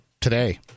today